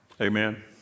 Amen